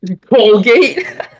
Colgate